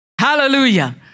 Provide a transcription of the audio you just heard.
Hallelujah